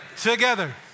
together